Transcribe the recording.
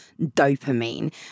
dopamine